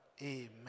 Amen